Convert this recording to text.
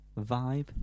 vibe